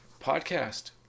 podcast